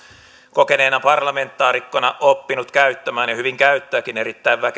kokeneena parlamentaarikkona oppinut käyttämään ja hyvin käyttääkin erittäin